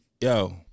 Yo